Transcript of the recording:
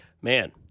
man